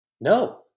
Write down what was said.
No